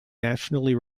nationally